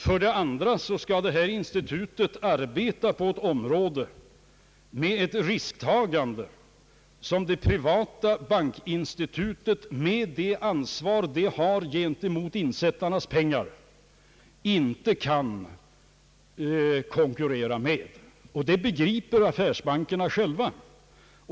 För det andra skall detta institut arbeta på ett område med ett risktagande som det privata bankinstitutet med det ansvar det har gentemot insättarnas pengar inte kan konkurrera med, och det begriper affärsbankerna själva.